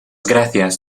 gracias